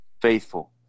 Faithful